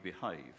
behave